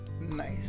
Nice